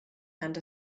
and